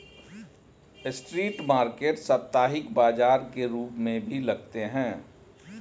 street market साप्ताहिक बाजार के रूप में भी लगते हैं